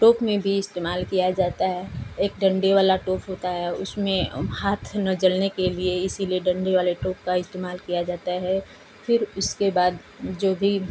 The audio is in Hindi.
टोप में भी इस्तेमाल किया जाता है एक डंडे वाला टोप होता है उसमें हाथ न जलने के लिए इसलिए डंडे वाला टोप का इस्तेमाल किया जाता है फिर इसके बाद जो भी